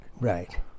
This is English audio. Right